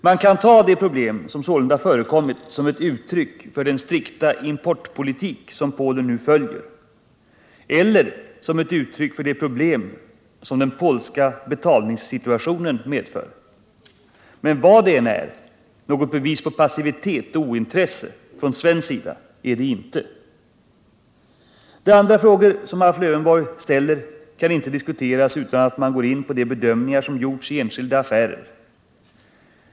Man kan ta de problem som sålunda förekommit som ett uttryck för den strikta importpolitik som Polen nu följer eller som ett uttryck för de problem som den polska betalningssituationen medför. Men vad det än är — något bevis på passivitet och ointresse från svensk sida är det inte. De andra frågor som Alf Lövenborg nämner kan inte diskuteras utan att man går in på de bedömningar som gjorts i enskilda affärer.